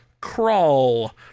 Crawl